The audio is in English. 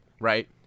right